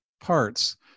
parts